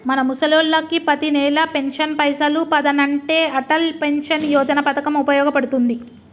మన ముసలోళ్ళకి పతినెల పెన్షన్ పైసలు పదనంటే అటల్ పెన్షన్ యోజన పథకం ఉపయోగ పడుతుంది